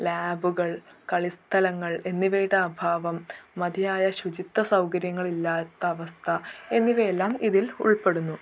ലാബുകൾ കളിസ്ഥലങ്ങൾ എന്നിവയുടെ അഭാവം മതിയായ ശുചിത്വ സൗകര്യങ്ങൾ ഇല്ലാത്ത അവസ്ഥ എന്നിവയെല്ലാം ഇതിൽ ഉൾപ്പെടുന്നു